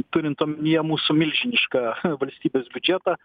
turint omenyje mūsų milžinišką valstybės biudžetą